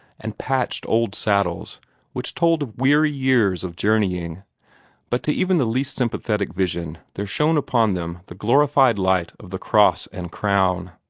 and patched old saddles which told of weary years of journeying but to even the least sympathetic vision there shone upon them the glorified light of the cross and crown.